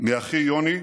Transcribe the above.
מאחי יוני,